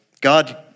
God